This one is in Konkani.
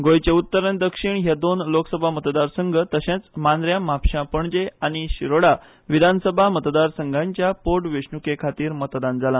गोंयचे उत्तर आनी दक्षिण हे दोन लोकसभा मतदार संघ तशेच मांद्र्या म्हापश्या पणजे आनी शिरोडा विधानसभा मतदारसंघांच्या पोंटवेंचणूकेखातीर मतदान जाला